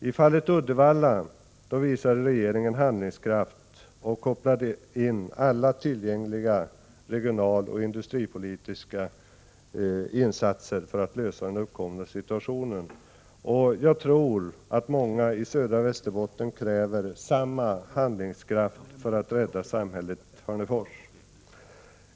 I fallet Uddevalla visade regeringen handlingskraft och kopplade in alla tillgängliga regionaloch industripolitiska insatser för att klara den uppkomna situationen. Många människor i södra Västerbotten kräver samma handlingskraft för att samhället Hörnefors skall kunna räddas.